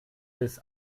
bis